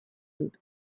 dut